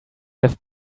have